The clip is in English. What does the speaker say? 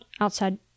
outside